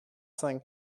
cinq